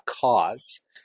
cause